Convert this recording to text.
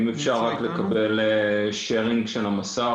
שלום לכולם, אני מבקש לקבל שרינג של המסך.